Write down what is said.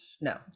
No